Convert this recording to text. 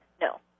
No